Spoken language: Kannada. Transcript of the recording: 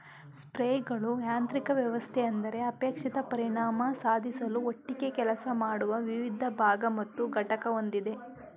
ಸ್ಪ್ರೇಯರ್ಗಳು ಯಾಂತ್ರಿಕ ವ್ಯವಸ್ಥೆ ಅಂದರೆ ಅಪೇಕ್ಷಿತ ಪರಿಣಾಮ ಸಾಧಿಸಲು ಒಟ್ಟಿಗೆ ಕೆಲಸ ಮಾಡುವ ವಿವಿಧ ಭಾಗ ಮತ್ತು ಘಟಕ ಹೊಂದಿದೆ